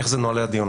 איך נהלי הדיון?